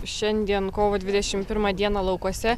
šiandien kovo dvidešimt pirmą dieną laukuose